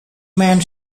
man